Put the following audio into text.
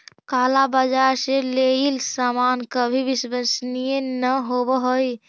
काला बाजार से लेइल सामान कभी विश्वसनीय न होवअ हई